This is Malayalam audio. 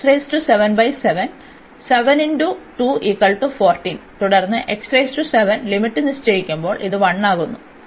അതിനാൽ ഇവിടെ അതിനാൽ തുടർന്ന് ലിമിറ്റ് നിശ്ചയിക്കുമ്പോൾ ഇത് 1 ആകുന്നു